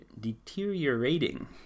deteriorating